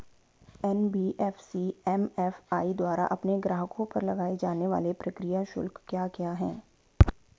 NBFC MFI द्वारा अपने ग्राहकों पर लगाए जाने वाले प्रक्रिया शुल्क क्या क्या हैं?